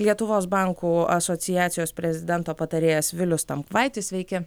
lietuvos bankų asociacijos prezidento patarėjas vilius tamkvaitis sveiki